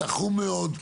תחום מאוד,